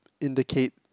indicate